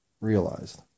realized